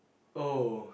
oh